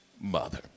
mother